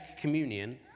communion